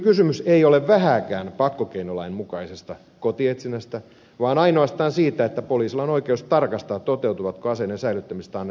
kysymys ei ole vähääkään pakkokeinolain mukaisesta kotietsinnästä vaan ainoastaan siitä että poliisilla on oikeus tarkastaa toteutuvatko aseiden säilyttämisestä annetut määräykset